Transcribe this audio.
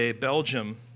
Belgium